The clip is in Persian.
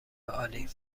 عالی